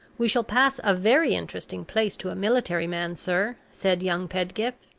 we shall pass a very interesting place to a military man, sir, said young pedgift,